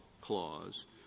clause